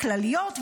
הכלליות,